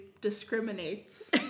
discriminates